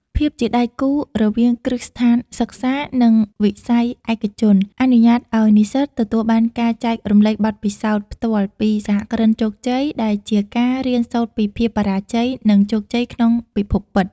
ភាពជាដៃគូរវាងគ្រឹះស្ថានសិក្សា និងវិស័យឯកជន អនុញ្ញាតឱ្យនិស្សិតទទួលបានការចែករំលែកបទពិសោធន៍ផ្ទាល់ពីសហគ្រិនជោគជ័យ ដែលជាការរៀនសូត្រពីភាពបរាជ័យ និងជោគជ័យក្នុងពិភពពិត។